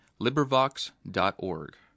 LibriVox.org